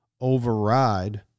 override